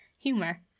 Humor